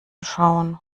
schauen